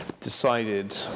decided